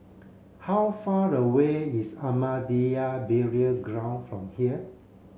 how far away is Ahmadiyya Burial Ground from here